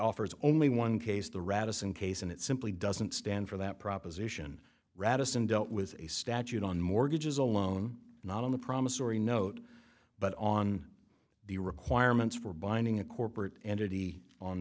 offers only one case the radisson case and it simply doesn't stand for that proposition radisson dealt with a statute on mortgages alone not on the promissory note but on the requirements for binding a corporate entity on